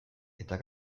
eta